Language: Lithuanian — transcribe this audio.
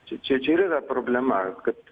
čia čia čia ir yra problema kad